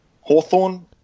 Hawthorne